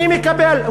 אני מקבל.